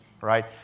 right